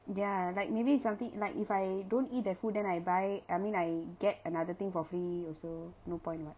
ya like maybe something like if I don't eat that food then I buy I mean I get another thing for fee also no point [what]